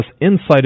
insight